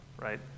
right